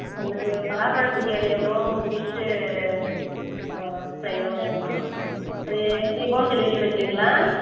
எனக்கு பலாபழ பிரியாணி ஒன்றும் ஃபிஷ்ஷு ஃப்ரையும் வேணும் அது எப்படி ஹோம் டெலிவரி பண்ணுறீங்களா